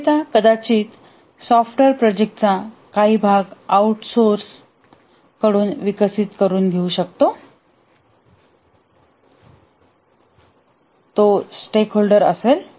विक्रेता कदाचित सॉफ्टवेअर प्रोजेक्टचा काही भाग आउटसोर्स कडून विकसित करेल तो स्टेकहोल्डर असेल